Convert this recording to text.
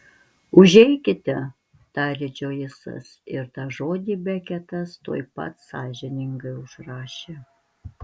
užeikite tarė džoisas ir tą žodį beketas tuoj pat sąžiningai užrašė